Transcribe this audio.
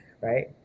right